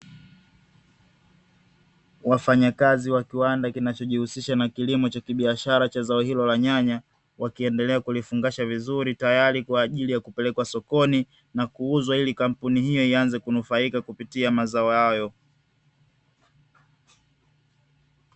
Wafanyakazi wa kiwanda kinachojihusisha na kilimo cha kibiashara cha zao hilo la nyanya, wakiendelea kulifungasha vizuri tayari kwa ajili ya kupelekwa sokoni na kuuzwa ili kampuni hiyo ianze kunufaika kupitia mazao hayo.